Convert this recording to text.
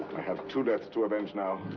i have two deaths to avenge, now.